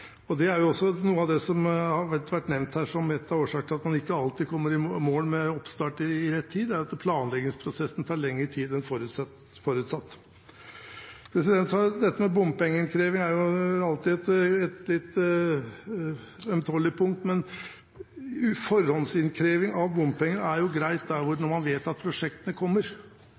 Det er også noe av det som har vært nevnt her som en av årsakene til at man ikke alltid kommer i mål med oppstart til rett tid: Planleggingsprosessen tar lengre tid en forutsatt. Dette med bompengeinnkreving er alltid et litt ømtålig punkt, men forhåndsinnkreving av bompenger er greit når man vet at prosjektene kommer.